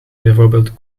bijvoorbeeld